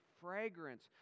fragrance